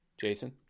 jason